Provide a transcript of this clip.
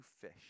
fish